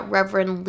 Reverend